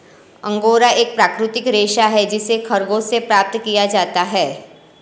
angora एक प्राकृतिक रेशा है जिसे खरगोश से प्राप्त किया जाता है